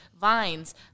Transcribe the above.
vines